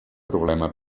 problema